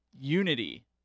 Unity